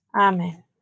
Amen